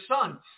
son